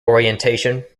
orientation